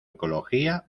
ecología